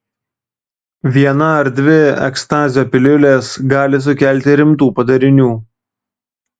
viena ar dvi ekstazio piliulės gali sukelti rimtų padarinių